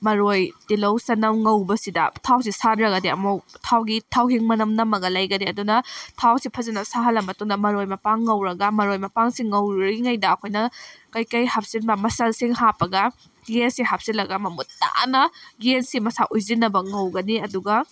ꯃꯔꯣꯏ ꯇꯤꯜꯂꯧ ꯆꯅꯝ ꯉꯧꯕꯁꯤꯗ ꯊꯥꯎꯁꯤ ꯁꯥꯗ꯭ꯔꯒꯗꯤ ꯑꯃꯨꯛ ꯊꯥꯎꯒꯤ ꯊꯥꯎꯍꯤꯡ ꯃꯅꯝ ꯅꯝꯃꯒ ꯂꯩꯒꯅꯦ ꯑꯗꯨꯅ ꯊꯥꯎꯁꯤ ꯐꯖꯅ ꯁꯥꯍꯜꯂ ꯃꯇꯨꯡꯗ ꯃꯔꯣꯏ ꯃꯄꯥꯡ ꯉꯧꯔꯒ ꯃꯔꯣꯏ ꯃꯄꯥꯡꯁꯤ ꯉꯧꯔꯤꯉꯩꯗ ꯑꯩꯈꯣꯏꯅ ꯀꯩꯀꯩ ꯍꯥꯞꯆꯤꯟꯕ ꯃꯆꯜꯁꯤꯡ ꯍꯥꯞꯄꯒ ꯌꯦꯟꯁꯤ ꯍꯥꯞꯆꯤꯜꯂꯒ ꯃꯃꯨꯠ ꯇꯥꯅ ꯌꯦꯟꯁꯤ ꯃꯁꯥ ꯎꯏꯁꯤꯟꯅꯕ ꯉꯧꯒꯅꯤ ꯑꯗꯨꯒ